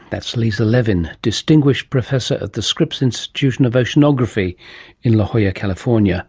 that's lisa levin, distinguished professor at the scripps institution of oceanography in la jolla, california.